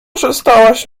przestałaś